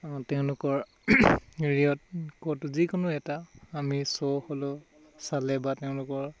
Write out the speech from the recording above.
তেওঁলোকৰ হেৰিয়ত যিকোনো এটা আমি শ্ব' হ'লেও চালে বা তেওঁলোকৰ